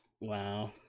wow